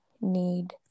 need